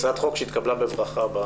הצעת חוק שהתקבלה בברכה.